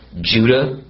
Judah